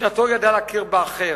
משנתו ידעה להכיר באחר,